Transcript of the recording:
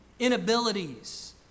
inabilities